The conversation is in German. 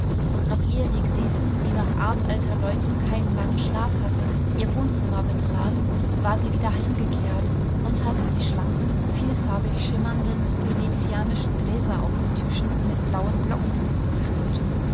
und noch ehe die gräfin die nach art alter leute keinen langen schlaf hatte ihr wohnzimmer betrat war sie wieder heimgekehrt und hatte die schlanken vielfarbig schimmernden venetianischen gläser auf den tischen mit blauen glockenblumen gefüllt